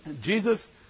Jesus